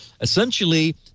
essentially